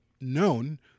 known